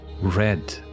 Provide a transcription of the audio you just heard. red